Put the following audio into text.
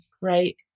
right